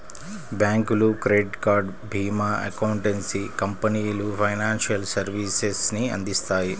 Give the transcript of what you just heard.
బ్యాంకులు, credit card, భీమా, accountancy కంపెనీలు ఫైనాన్షియల్ సర్వీసెస్ ని అందిత్తాయి